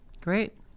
Great